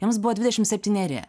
jums buvo dvidešimt septyneri